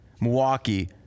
Milwaukee